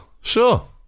Sure